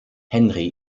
henri